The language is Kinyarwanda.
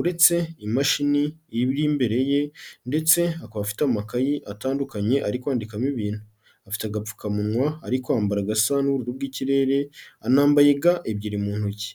uretse imashini iri imbere ye ndetse akaba afite amakayi atandukanye ari kwandikamo ibintu, afite agapfukamunwa ari kwambara gasa n'ubururu bw'ikirere anambaye ga ebyiri mu ntoki.